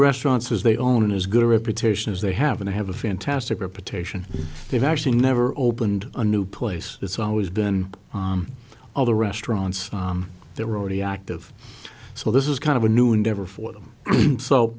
restaurants as they own as good reputation as they have and have a fantastic reputation they've actually never opened a new place it's always been on all the restaurants they're already active so this is kind of a new endeavor for them so